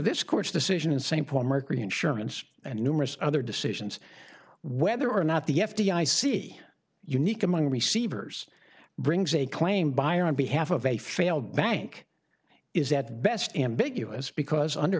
this court's decision in st paul mercury insurance and numerous other decisions whether or not the f d i c unique among receivers brings a claim by or on behalf of a failed bank is at best ambiguous because under